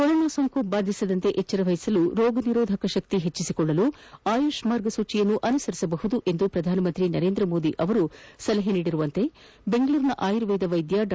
corona ಸೋಂಕು ಬಾಧಿಸದಂತೆ ಎಚ್ಚರವಹಿಸಲು ರೋಗ ನಿರೋಧಕ ಶಕ್ತಿ ಹೆಚ್ಚಿಸಿಕೊಳ್ಲಲು ಆಯುಷ್ ಮಾರ್ಗಸೂಚಿಯನ್ನು ಅನುಸರಿಸಬಹುದೆಂದು ಪ್ರಧಾನಮಂತ್ರಿ ನರೇಂದ್ರ ಮೋದಿ ಸಲಹೆನೀಡಿರುವಂತೆ ಬೆಂಗಳೂರಿನ ಆಯುರ್ವೇದ ವೈದ್ಯ ಡಾ